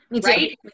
Right